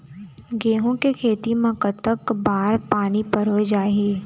गेहूं के खेती मा कतक बार पानी परोए चाही?